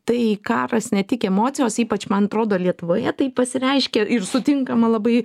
tai karas ne tik emocijos ypač man atrodo lietuvoje tai pasireiškia ir sutinkama labai